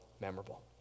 memorable